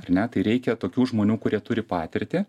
ar ne tai reikia tokių žmonių kurie turi patirtį